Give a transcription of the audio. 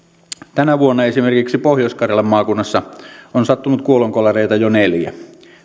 tänä vuonna esimerkiksi pohjois karjalan maakunnassa on sattunut kuolonkolareita jo neljä